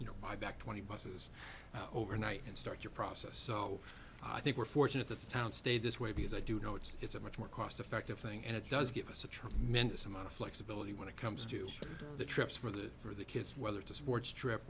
you know why that twenty buses overnight and start your process so i think we're fortunate that the town stay this way because i do know it's it's a much more cost effective thing and it does give us a tremendous amount of flexibility when it comes to the trips for the for the kids whether to sports tr